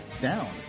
down